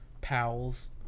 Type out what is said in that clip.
pals